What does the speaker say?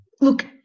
Look